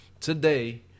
today